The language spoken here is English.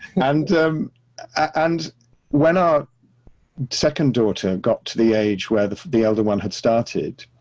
and and when our second daughter got to the age where the the other one had started,